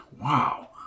wow